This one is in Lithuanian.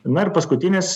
na ir paskutinis